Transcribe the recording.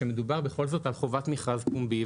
שמדובר בכל זאת על חובת מכרז פומבי,